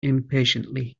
impatiently